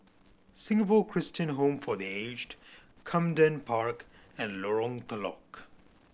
Singapore Christian Home for The Aged Camden Park and Lorong Telok